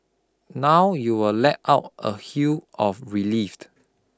now you will let out a of relief